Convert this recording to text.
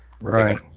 Right